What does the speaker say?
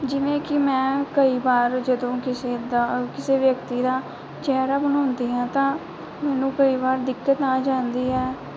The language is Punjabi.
ਜਿਵੇਂ ਕਿ ਮੈਂ ਕਈ ਵਾਰ ਜਦੋਂ ਕਿਸੇ ਦਾ ਕਿਸੇ ਵਿਅਕਤੀ ਦਾ ਚਿਹਰਾ ਬਣਾਉਂਦੀ ਹਾਂ ਤਾਂ ਮੈਨੂੰ ਕਈ ਵਾਰ ਦਿੱਕਤ ਆ ਜਾਂਦੀ ਹੈ